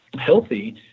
healthy